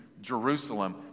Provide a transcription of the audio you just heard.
Jerusalem